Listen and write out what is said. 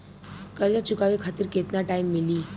कर्जा चुकावे खातिर केतना टाइम मिली?